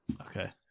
Okay